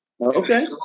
Okay